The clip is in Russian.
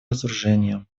разоружения